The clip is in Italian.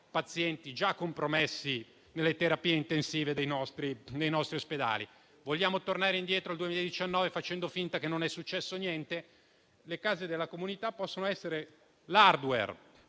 pazienti già compromessi nelle terapie intensive dei nostri ospedali. Vogliamo tornare indietro al 2019 e fare finta che non sia successo niente? Le case della comunità possono essere l'*hardware*